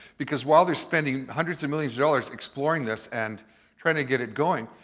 because while they're spending hundreds of millions of dollars exploring this and trying to get it going,